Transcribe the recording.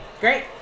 Great